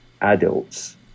adults